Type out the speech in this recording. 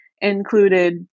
included